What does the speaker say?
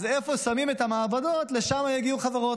אז איפה ששמים את המעבדות, לשם יגיעו חברות.